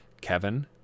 Kevin